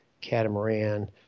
catamaran